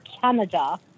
Canada